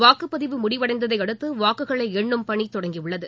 வாக்குப்பதிவு முடிவடைந்ததையடுத்து வாக்குகளை எண்ணும் பணி தொடங்கியுள்ளது